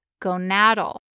gonadal